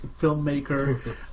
filmmaker